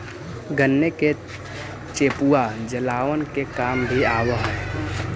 गन्ने का चेपुआ जलावन के काम भी आवा हई